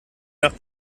nach